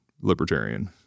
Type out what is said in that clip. libertarian